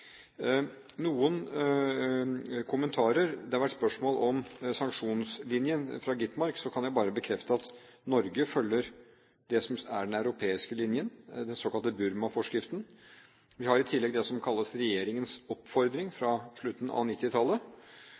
Noen kommentarer: Fra Skovholt Gitmark har det vært spørsmål om sanksjonslinjen. Jeg kan bare bekrefte at Norge følger det som er den europeiske linjen, den såkalte Burma-forskriften. Vi har i tillegg det som kalles «regjeringens oppfordring» fra slutten av